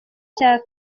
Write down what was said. cya